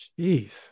Jeez